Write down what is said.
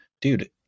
dude